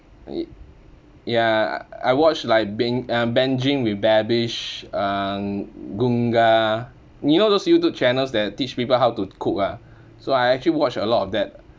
y~ ya I watch like beng~ uh binging with babish um gunga you know those youtube channels that teach people how to cook ah so I actually watch a lot of that